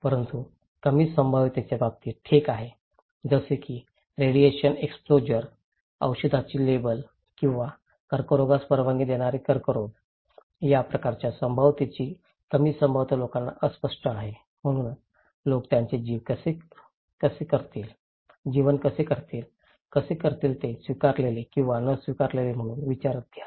परंतु कमी संभाव्यतेच्या बाबतीत ठीक आहे जसे कि रेडिएशन एक्सपोजर औषधाची लेबल किंवा कर्करोगास परवानगी देणारी कर्करोग या प्रकारच्या संभाव्यतेची कमी संभाव्यता लोकांना अस्पष्ट आहे म्हणूनच लोक त्यांचे जीवन कसे करतील कसे करतील ते स्वीकारलेले किंवा न स्वीकारलेले म्हणून विचारात घ्या